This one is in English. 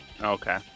Okay